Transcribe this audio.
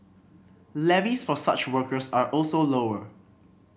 Levies for such workers are also lower